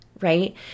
right